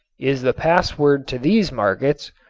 is the password to these markets.